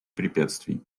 препятствий